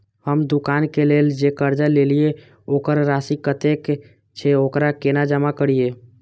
हम दुकान के लेल जे कर्जा लेलिए वकर राशि कतेक छे वकरा केना जमा करिए?